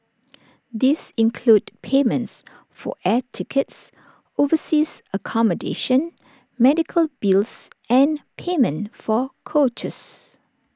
these include payments for air tickets overseas accommodation medical bills and payment for coaches